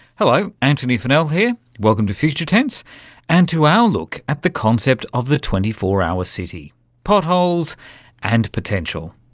hello, antony funnell here, welcome to future tense and to our look at the concept of the twenty four hour city potholes and potential.